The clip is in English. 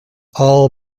all